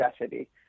necessity